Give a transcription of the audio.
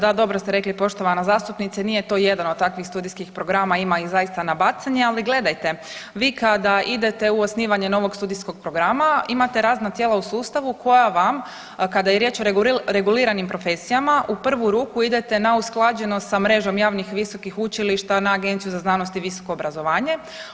Tako je da, dobro ste rekli poštovana zastupnice, nije to jedan od takvih studijskih programa, ima ih zaista na bacanje, ali gledajte vi kada idete u osnivanje novog studijskog programa imate razna tijela u sustavu koja vam kada je riječ o reguliranim profesijama u prvu ruku idete na usklađenost sa mrežom javnih visokih učilišta, na Agenciju za znanost i visoko obrazovanje.